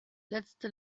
letzte